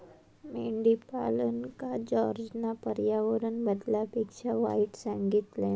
मेंढीपालनका जॉर्जना पर्यावरण बदलापेक्षा वाईट सांगितल्यान